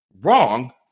wrong